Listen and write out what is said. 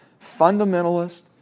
fundamentalist